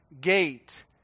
gate